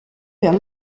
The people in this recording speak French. vers